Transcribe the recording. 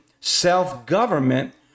self-government